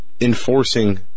enforcing